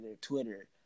Twitter